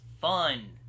fun